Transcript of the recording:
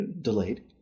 delayed